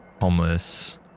homeless